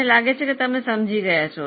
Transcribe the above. મને લાગે છે કે તમે સમજી ગયા છો